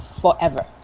Forever